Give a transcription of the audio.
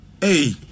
Hey